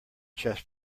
chess